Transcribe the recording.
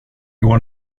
går